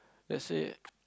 let's say